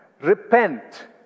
Repent